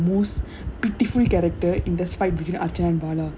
eh but honestly right velu is the most pitiful character in the between archan and bala